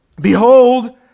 Behold